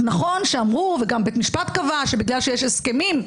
נכון שאמרו וגם בית משפט קבע שבגלל שיש הסכמים,